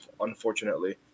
unfortunately